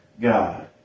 God